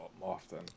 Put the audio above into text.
often